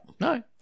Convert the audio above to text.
No